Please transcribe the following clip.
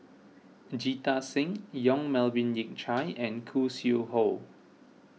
Jita Singh Yong Melvin Yik Chye and Khoo Sui Hoe